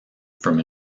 from